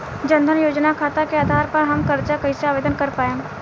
जन धन योजना खाता के आधार पर हम कर्जा कईसे आवेदन कर पाएम?